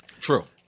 True